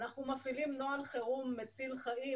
אנחנו מפעילים נוהל חירום מציל חיים,